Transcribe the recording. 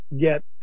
get